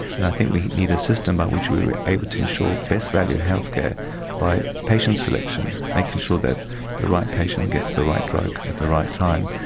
and i think we need a system by which we are able to ensure best value healthcare by patient selection, making sure that the right patient gets the right drug at the right time.